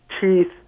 Teeth